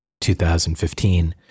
2015